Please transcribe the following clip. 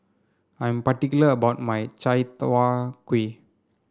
I'm particular about my Chai Tow Kway